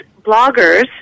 bloggers